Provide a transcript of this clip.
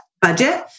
budget